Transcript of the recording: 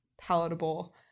palatable